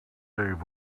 save